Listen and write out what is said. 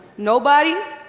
nobody?